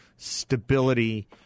stability